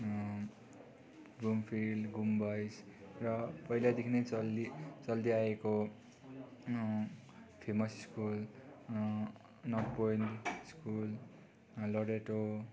घुम फिल्ड घुम बोयस र पहिलादेखि नै चली चल्दैआएको famous school north point school Loreto